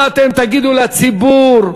מה אתם תגידו לציבור,